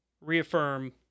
reaffirm